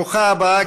ברוכה הבאה,